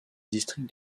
districts